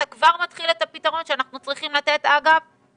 אתה כבר מתחיל את הפתרון שאנחנו צריכים לתת לכולם.